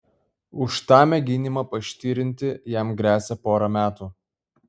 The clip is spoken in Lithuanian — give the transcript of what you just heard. už tą mėginimą paštirinti jam gresia pora metų